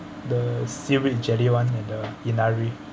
the seaweed jelly one and the inari